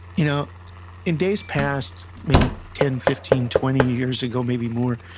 you know in days past maybe ten, fifteen, twenty years ago, maybe more,